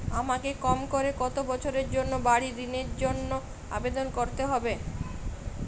আমাকে কম করে কতো বছরের জন্য বাড়ীর ঋণের জন্য আবেদন করতে হবে?